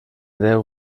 deu